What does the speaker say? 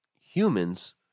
humans